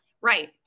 Right